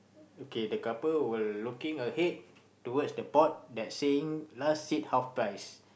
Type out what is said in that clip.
okay the couple were looking ahead towards the board that's saying last seat half price